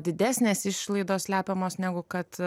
didesnės išlaidos slepiamos negu kad